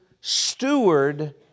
steward